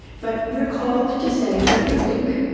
but we're called to say what we think.